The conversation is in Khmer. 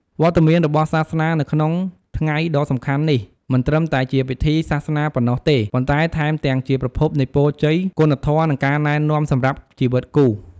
វត្តមានរបស់សាសនានៅក្នុងថ្ងៃដ៏សំខាន់នេះ មិនត្រឹមតែជាពិធីសាសនាប៉ុណ្ណោះទេ ប៉ុន្តែថែមទាំងជាប្រភពនៃពរជ័យ គុណធម៌ និងការណែនាំសម្រាប់ជីវិតគូ។